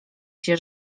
się